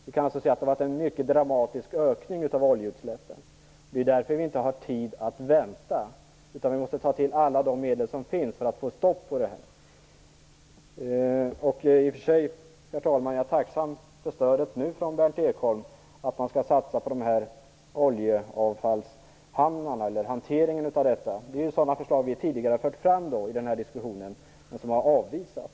Vi kan alltså se att det har varit en mycket dramatisk ökning av oljeutsläppen. Det är därför vi inte har tid att vänta. Vi måste ta till alla medel som finns för att få stopp på det här. I och för sig, herr talman, är jag tacksam för stödet från Berndt Ekholm när det gäller att satsa på oljeavfallshamnarna, och på hanteringen av detta. Det är samma förslag som vi har fört fram tidigare i denna diskussion, men som har avvisats.